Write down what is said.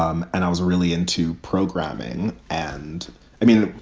um and i was really into programming. and i mean,